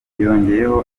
yongeyeho